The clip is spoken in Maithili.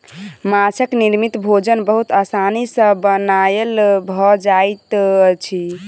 माँछक निर्मित भोजन बहुत आसानी सॅ बनायल भ जाइत अछि